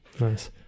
Nice